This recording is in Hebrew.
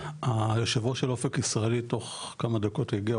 היושב ראש של אופק ישראלי תוך כמה דקות יגיע,